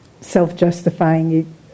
self-justifying